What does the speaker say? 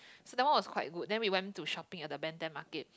so that was one good then went to shopping at the Ben Thanh Market